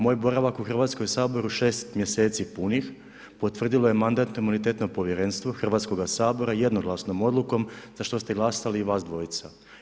Moj boravak u Hrvatskom saboru 6 mjeseci punih, potvrdilo je Mandatno-imunitetno povjerenstvo Hrvatskoga sabora jednoglasnom odlukom za što ste glasali i vas dvojica.